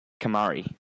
Kamari